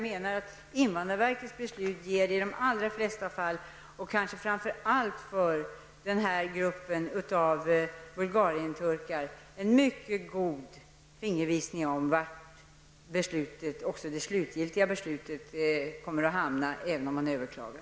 Men invandrarverkets beslut ger i de allra flesta fall, kanske framför allt för gruppen Bulgarienturkar, en mycket god fingervisning om vad det slutgiltiga beslutet kommer att innebära, även om man överklagar.